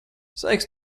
sveiks